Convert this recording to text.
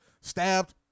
stabbed